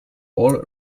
all